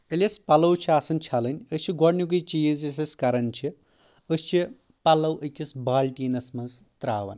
ییٚلہِ أسۍ پلو چھِ آسان چھلٕنۍ أسۍ چھِ گۄڈنیُکٕے چیٖز یُس أسۍ کران چھِ أسۍ چھِ پلو أکِس بالٹیٖنس منٛز تراوان